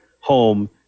home